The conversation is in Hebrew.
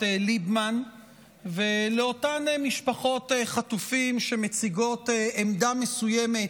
ליבמן ולאותן משפחות חטופים שמציגות עמדה מסוימת